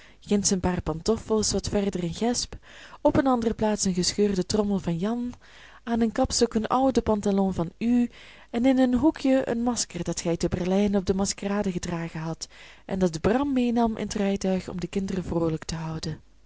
ginds een paar pantoffels wat verder een gesp op een andere plaats een gescheurde trommel van jan aan een kapstok een ouden pantalon van u en in een hoekjen een masker dat gij te berlijn op de maskerade gedragen hadt en dat bram meenam in t rijtuig om de kinderen vroolijk te houden